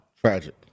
Tragic